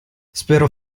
spero